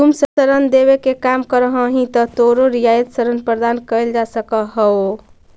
तुम ऋण देवे के काम करऽ हहीं त तोरो रियायत ऋण प्रदान कैल जा सकऽ हओ